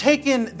Taken